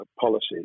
policies